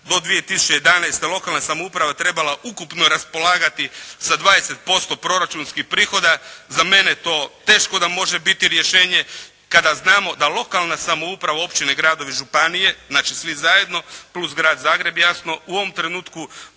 do 2011. lokalna samouprava trebala ukupno raspolagati sa 20% proračunskih prihoda, za mene to teško da može biti rješenje kada znamo da lokalna samouprava općine, gradovi, županije, znači svi zajedno, plus Grad Zagreb jasno u ovom trenutku